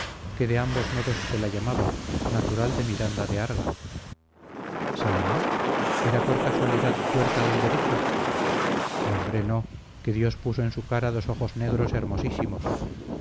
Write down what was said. que de ambos modos se la llamaba natural de miranda de arga saloma era por casualidad tuerta del derecho hombre no que dios puso en su cara dos ojos negros hermosísimos